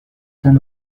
saint